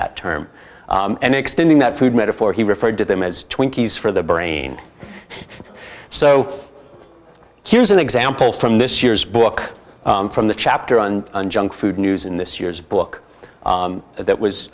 that term and extending that food metaphor he referred to them as twinkies for the brain so here's an example from this year's book from the chapter on junk food news in this year's book that